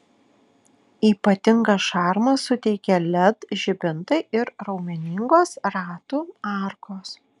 ypatingą šarmą suteikia led žibintai ir raumeningos ratų arkos